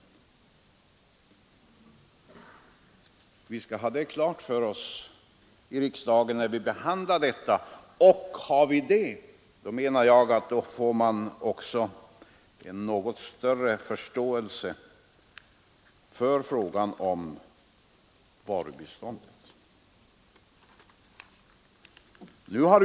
Det skall vi ha klart för oss, när riksdagen behandlar denna fråga. Om vi har detta klart för oss, får vi också något större förståelse för frågan om varubiståndet.